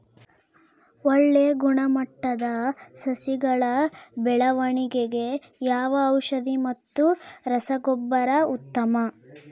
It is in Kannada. ಒಳ್ಳೆ ಗುಣಮಟ್ಟದ ಸಸಿಗಳ ಬೆಳವಣೆಗೆಗೆ ಯಾವ ಔಷಧಿ ಮತ್ತು ರಸಗೊಬ್ಬರ ಉತ್ತಮ?